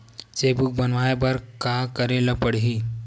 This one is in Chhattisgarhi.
चेक बुक बनवाय बर का करे ल पड़हि?